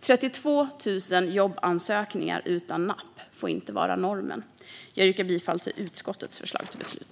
32 000 jobbansökningar utan napp får inte vara normen. Jag yrkar bifall till utskottets förslag till beslut.